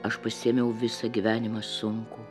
aš pasiėmiau visą gyvenimą sunkų